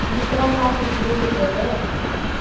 दूसरा गाड़ी भेज देबै